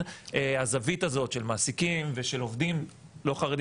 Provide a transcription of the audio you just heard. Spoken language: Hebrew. הזווית הזאת של מעסיקים ושל עובדים לא חרדים